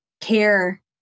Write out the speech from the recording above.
care